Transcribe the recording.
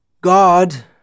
God